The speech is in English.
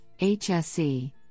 HSE